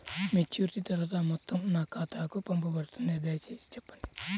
Maturity తర్వాత ఆ మొత్తం నా ఖాతాకు పంపబడుతుందా? దయచేసి చెప్పండి?